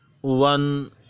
one